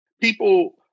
people